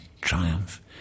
triumph